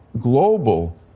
global